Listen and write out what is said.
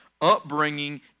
upbringing